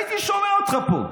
הייתי שומע אותך פה,